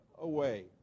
away